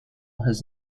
has